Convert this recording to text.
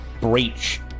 breach